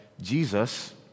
Jesus